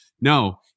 No